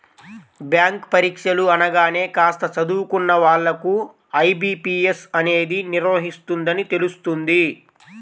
bank పరీక్షలు అనగానే కాస్త చదువుకున్న వాళ్ళకు ఐ.బీ.పీ.ఎస్ అనేది నిర్వహిస్తుందని తెలుస్తుంది